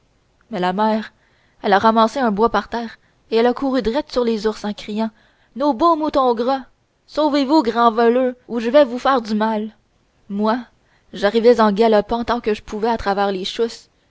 mais la mère elle a ramassé un bois par terre et elle a couru dret sur les ours en criant nos beaux moutons gras sauvez-vous grands voleux ou je vais vous faire du mal moi j'arrivais en galopant tant que je pouvais à travers les chousses